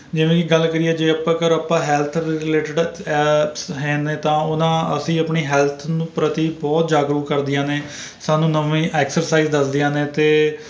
ਜਿਵੇਂ ਕਿ ਗੱਲ ਕਰੀਏ ਜੇ ਆਪਾਂ ਕਰ ਆਪਾਂ ਹੈਲਥ ਰਿਲੇਟਿਡ ਐਪਸ ਹੈ ਨੇ ਤਾਂ ਉਹ ਨਾ ਅਸੀਂ ਆਪਣੀ ਹੈਲਥ ਨੂੰ ਪ੍ਰਤੀ ਬਹੁਤ ਜਾਗੂਰਕ ਕਰਦੀਆਂ ਨੇ ਸਾਨੂੰ ਨਵੀਂ ਐਕਸਰਸਾਈਜ਼ ਦੱਸਦੀਆਂ ਨੇ ਅਤੇ